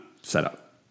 setup